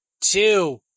two